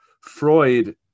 Freud